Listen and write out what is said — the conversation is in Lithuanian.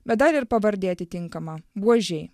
bet dar ir pavardė atitinkama buožiai